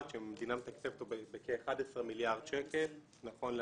שהמדינה מתקצבת אותו בכ-11 מיליארד שקלים נכון להיום,